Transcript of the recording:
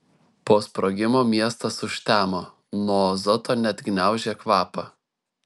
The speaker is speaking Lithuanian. po sprogimo miestas užtemo nuo azoto net gniaužė kvapą